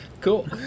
Cool